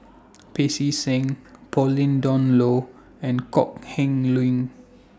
Pancy Seng Pauline Dawn Loh and Kok Heng Leun